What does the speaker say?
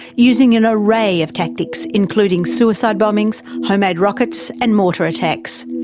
using an array of tactics including suicide bombings, homemade rockets, and mortar attacks.